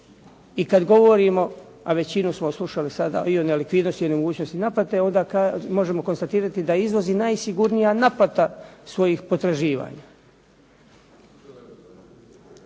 i kad govorimo a većinu smo slušali sada i o nelikvidnosti i nemogućnosti naplate onda možemo konstatirati da je izvoz i najsigurnija naplata svojih potraživanja.